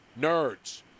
nerds